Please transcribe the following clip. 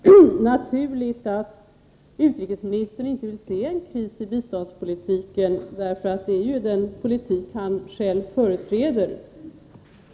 Fru talman! Det är naturligt att utrikesministern inte vill se en kris i biståndspolitiken. Det är ju den politik han själv företräder.